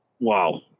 wow